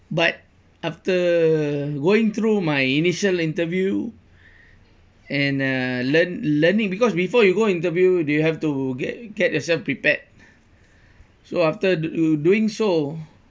but after going through my initial interview and uh learn learning because before you go interview you have to get get yourself prepared so after do~ doing so